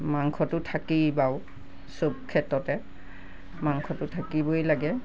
মাংসটো থাকেই বাৰু চব ক্ষেত্ৰতে মাংসটো থাকিবই লাগে